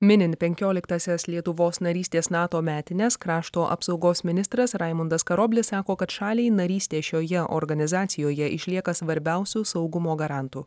minint penkioliktąsias lietuvos narystės nato metines krašto apsaugos ministras raimundas karoblis sako kad šaliai narystė šioje organizacijoje išlieka svarbiausiu saugumo garantu